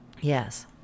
Yes